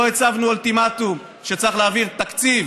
לא הצבנו אולטימטום שצריך להעביר תקציב